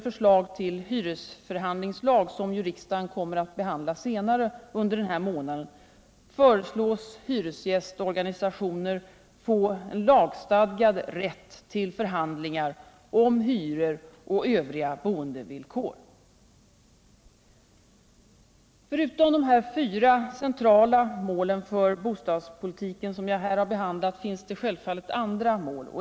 Förutom de fyra centrala uppgifterna för bostadspolitiken som jag här behandlat finns självfallet andra mål.